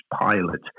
pilot